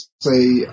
say